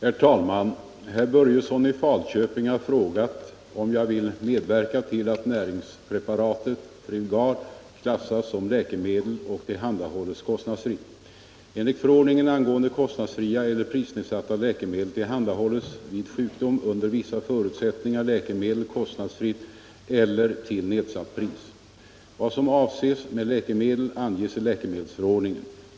Herr talman! Herr Börjesson i Falköping har frågat om jag vill medverka till att näringspreparatet Trilgar klassas som läkemedel och tillhandahålles kostnadsfritt. Enligt förordningen angående kostnadsfria eller prisnedsatta läkemedel tillhandahålls vid sjukdom under vissa förutsättningar läkemedel kostnadsfritt eller till nedsatt pris. Vad som avses med läkemedel anges i läkemedelsförordningen.